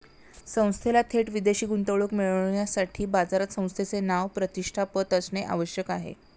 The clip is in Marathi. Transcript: संस्थेला थेट विदेशी गुंतवणूक मिळविण्यासाठी बाजारात संस्थेचे नाव, प्रतिष्ठा, पत असणे आवश्यक आहे